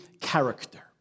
character